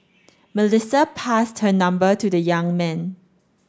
Melissa passed her number to the young man